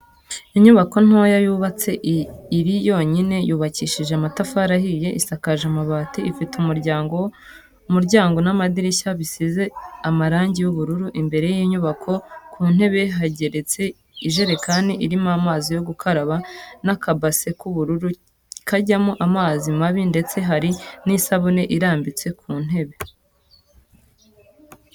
Inyubako ntoya yubatse iri yonyine, yubakishije amatafari ahiye isakaje amabati ifite umuryango n'amadirishya bisize amarangi y'ubururu, imbere y'inyubako ku ntebe hateretse ijerekani irimo amazi yo gukaraba n'akabase k'ubururu kajyamo amazi mabi ndetse hari n'isabuni irambitse ku ntebe.